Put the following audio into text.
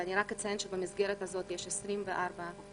אני רק אציין שבמסגרת הזאת יש 24 מקומות,